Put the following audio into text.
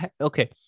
okay